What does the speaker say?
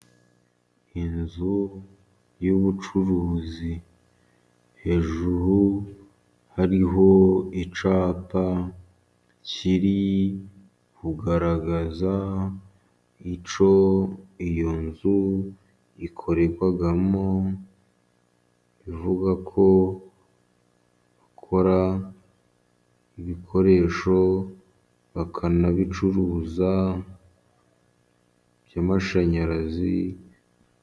Inzu y'ubucuruzi hejuru hariho icyapa kiri kugaragaza icyo iyo nzu ikorerwamwo, bivuga ko bakora ibikoresho bakanabicuruza by'amashanyarazi.